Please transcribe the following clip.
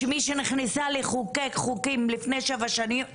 כמי שנכנסה לחוקק חוקים לפני שבע שנים,